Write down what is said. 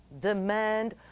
demand